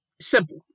simple